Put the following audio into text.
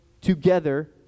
together